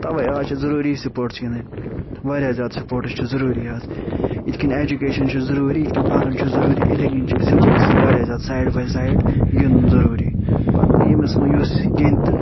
تؤے آز چھِ ضُروٗری سپورٹٕس گِندٕنۍ واریاہ زیادٕ سپورٹٕس چھُ ضروٗری آز یتھ کٔنۍ ایٚجوکیشن چھِ ضروٗری یتھ کٔنۍ پرُن چھُ ضروٗری اِتھٔے کٔنۍ چھُ سپورٹٕس تہِ واریاہ زیادٕ سایڈ باے سایڈ گِنٛدُن ضروٗری پتہٕ یِٔمِس وۄنۍ یُس یہِ گِندِ تہٕ